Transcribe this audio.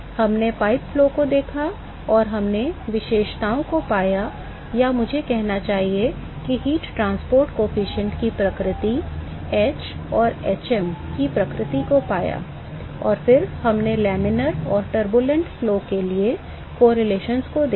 हमने पाइप प्रवाह को देखा और हमने विशेषताओं को पाया या मुझे कहना चाहिए कि ऊष्मा परिवहन गुणांक की प्रकृति h और hm की प्रकृति को पाया और फिर हमने laminar और turbulent flow के लिए सहसंबंधों को देखा